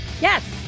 Yes